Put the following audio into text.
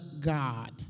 God